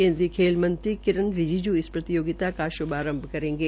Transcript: केन्द्रीय खेल मंत्री किरण रिजिजू इस प्रतियोगिता का शुभारंभ करेंगे